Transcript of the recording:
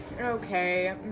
Okay